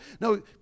no